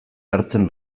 hartzen